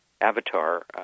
avatar